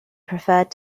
preferred